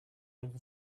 over